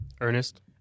Ernest